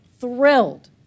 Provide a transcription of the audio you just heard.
thrilled